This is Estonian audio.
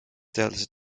teadlased